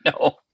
No